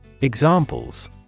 Examples